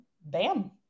bam